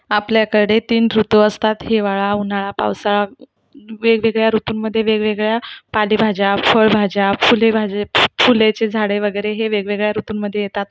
आपल्याकडे तीन ऋतू असतात हिवाळा उन्हाळा पावसाळा वेगवेगळ्या ऋतुंमधे वेगवेगळ्या पालेभाज्या फळभाज्या फुलेभाज्या फुलाची झाडे वगैरे हे वेगवेगळ्या ऋतूंमध्ये येतात